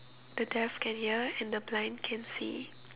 the deaf can hear and the blind can see